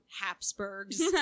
Habsburgs